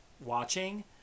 watching